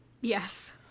Yes